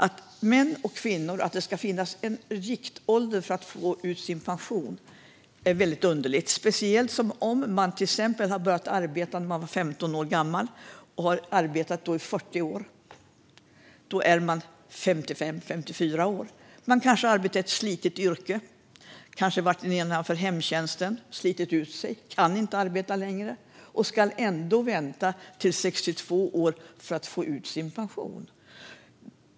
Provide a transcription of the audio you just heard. Att det ska finnas en riktålder för att få ta ut sin pension är underligt. Om man till exempel började arbeta vid 15 års ålder är man 55 år efter 40 års arbete. Man kan ha arbetat i ett slitigt yrke, kanske slitit ut sig i hemtjänsten och kan inte arbeta längre. Ändå ska man vänta till 62 års ålder för att få ta ut sin pension.